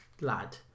lad